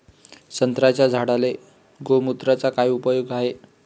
संत्र्याच्या झाडांले गोमूत्राचा काय उपयोग हाये?